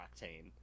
octane